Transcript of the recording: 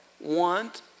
want